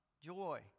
joy